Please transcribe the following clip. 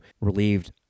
relieved